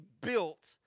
built